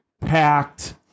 packed